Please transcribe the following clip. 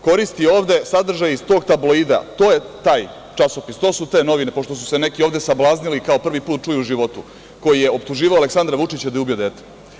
Koristi ovde sadržaje iz tog „Tabloida“, to je taj časopis, to su te novine, pošto su se neki ovde sablaznili, kao prvi put čuju u životu, koji je optuživao Aleksandra Vučića da je ubio dete.